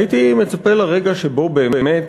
הייתי מצפה לרגע שבו באמת